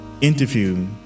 interview